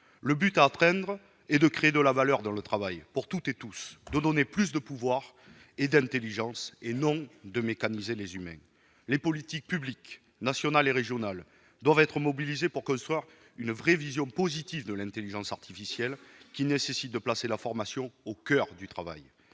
Le but à atteindre est de créer de la valeur dans le travail pour toutes et tous, de donner plus de pouvoir et d'intelligence et non pas de mécaniser les humains. Les politiques publiques, nationales et régionales, doivent être mobilisées pour construire une vision positive de l'intelligence artificielle, ce qui nécessite de placer la formation au coeur du travail.